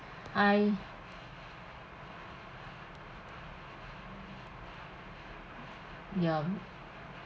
I ya